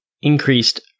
increased